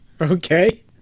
okay